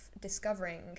discovering